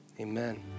Amen